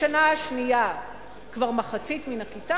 בשנה השנייה כבר מחצית מן הכיתה,